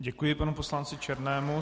Děkuji panu poslanci Černému.